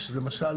למשל